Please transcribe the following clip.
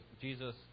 Jesus